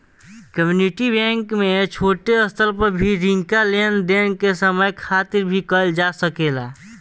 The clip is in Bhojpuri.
कम्युनिटी बैंक में छोट स्तर पर भी रिंका लेन देन कम समय खातिर भी कईल जा सकेला